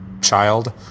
child